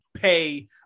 pay